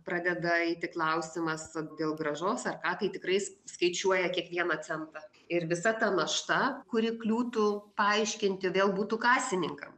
pradeda eiti klausimas dėl grąžos ar ką kai tikrais sk skaičiuoja kiekvieną centą ir visa ta našta kuri kliūtų paaiškinti vėl būtų kasininkam